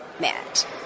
met